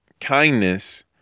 kindness